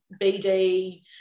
BD